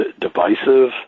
divisive